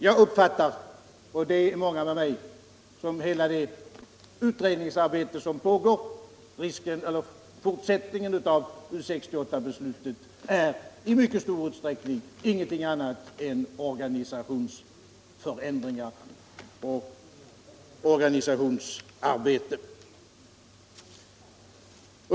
Jag och många med mig uppfattar hela det utredningsarbete som pågår efter U 68-beslutet som i mycket stor utsträckning ingenting annat än organisationsförändringar och organisationsarbete.